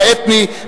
האתני,